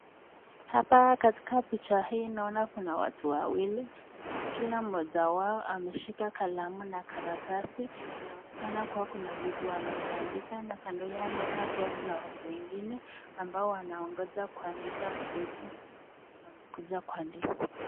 Hapa katika picha hii naona kuna watu wawili na kila mmoja wao ameshika kalamu na karatasi. Inaonekana kuwa kuna vitu wanavyoandika na kando yao naona pia kuna watu wengine ambao wanaongoja kuandika vitu wamekuja kuandika.